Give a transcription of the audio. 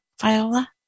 Viola